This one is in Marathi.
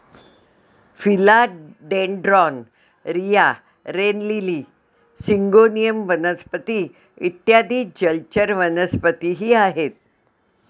फिला डेन्ड्रोन, रिया, रेन लिली, सिंगोनियम वनस्पती इत्यादी जलचर वनस्पतीही आहेत